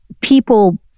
people